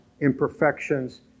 imperfections